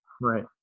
Right